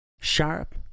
sharp